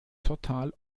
total